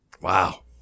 Wow